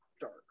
dark